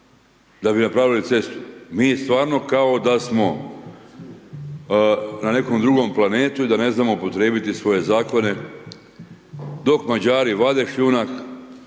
da bi napravili cestu. Mi stvarno kao da smo na nekom drugom planetu i da ne znamo upotrijebiti svoje Zakone, dok Mađari vade šljunak,